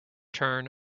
turn